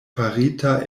farita